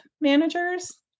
managers